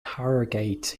harrogate